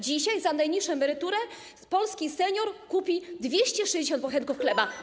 Dzisiaj za najniższą emeryturę polski senior kupi 260 bochenków chleba.